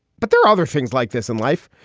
but there are other things like this in life.